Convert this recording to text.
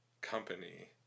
company